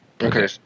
Okay